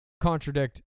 contradict